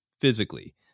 physically